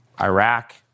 Iraq